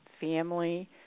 family